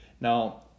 Now